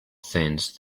things